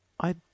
I